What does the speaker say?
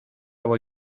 voy